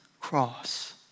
cross